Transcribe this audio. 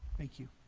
thank you